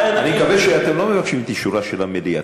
אני מקווה שאתם לא מבקשים את אישורה של המליאה.